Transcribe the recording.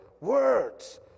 words